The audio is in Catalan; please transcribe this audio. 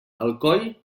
alcoi